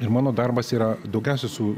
ir mano darbas yra daugiausiai su